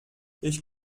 ich